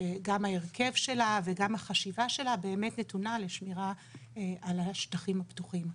גם ההרכב שלה וגם החשיבה שלה באמת נתונים לשמירה על השטחים הפתוחים.